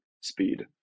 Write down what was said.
speed